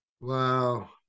Wow